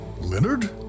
Leonard